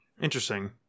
interesting